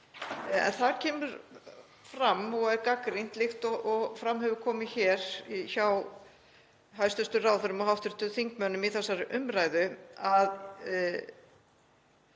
þar kemur fram og er gagnrýnt, líkt og fram hefur komið hér hjá hæstv. ráðherrum og hv. þingmönnum í þessari umræðu, að